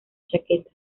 chaqueta